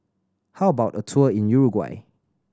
how about a tour in Uruguay